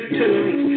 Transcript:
tonight